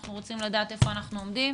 אנחנו רוצים לדעת איפה אנחנו עומדים